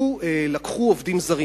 ולקחו עובדים זרים.